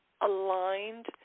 aligned